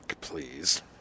Please